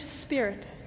spirit